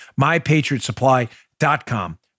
mypatriotsupply.com